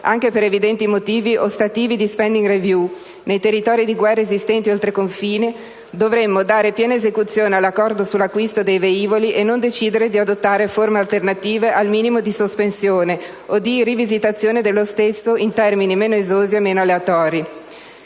anche per evidenti motivi ostativi di *spending review*, nei territori di guerra esistenti oltre confine, dovremmo dare piena esecuzione all'accordo sull'acquisto dei velivoli e non decidere di adottare forme alternative al minimo di sospensione o di rivisitazione dello stesso in termini meno esosi e meno aleatori.